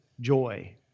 joy